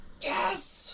Yes